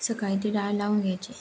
सकाळी ती डाळ लावून घ्यायची